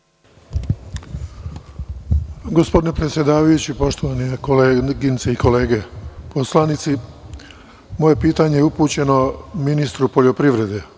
Gospodine predsedavajući, poštovane koleginice i kolege poslanici, moje pitanje je upućeno ministru poljoprivrede.